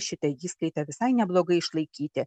šitą įskaitą visai neblogai išlaikyti